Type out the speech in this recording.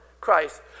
Christ